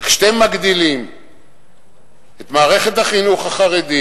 כשאתם מגדילים את מערכת החינוך החרדי,